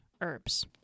herbs